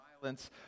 violence